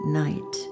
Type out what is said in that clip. night